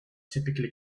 typically